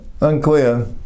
unclear